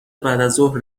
بعدازظهر